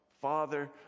Father